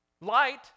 Light